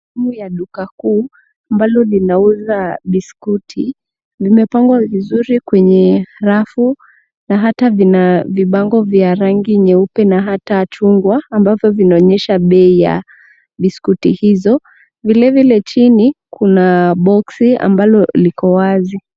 Sehemu ya duka kuu, ambalo linauza biskuti, limepangwa vizuri kwenye rafu, na hata vina vibango vya rangi nyeupe, na hata chungwa, ambavyo vinaonyesha bei ya biskuti hizo. Vile vile chini, kuna boksi, ambalo liko wazi.